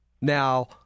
Now